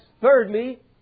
thirdly